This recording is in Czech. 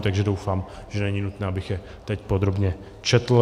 Takže doufám, že není nutné, abych je teď podrobně četl.